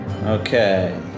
Okay